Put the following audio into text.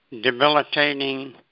debilitating